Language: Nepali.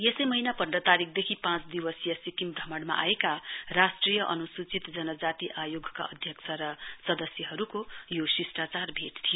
यसै महीना पन्ध्र तारीकदेखि पाँच दिवसीय सिक्किम भ्रमणमा आएका राष्ट्रिय अन्सूचित जनजाति आयोगका अध्यक्ष र सदस्यहरुको यो शिस्टाचार भेट थियो